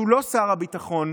שהוא לא שר הביטחון,